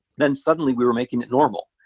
then suddenly we were making it normal.